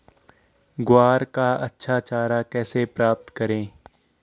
ग्वार का अच्छा चारा कैसे प्राप्त करें?